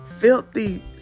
filthy